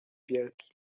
wielki